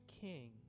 king